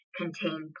contain